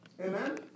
Amen